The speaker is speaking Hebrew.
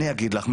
אני אגיד לך,